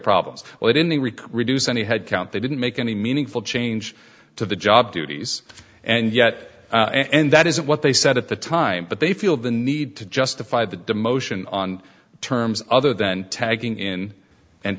problems well it in the reproduce any headcount they didn't make any meaningful change to the job duties and yet and that isn't what they said at the time but they feel the need to justify the demotion on terms other than tagging in and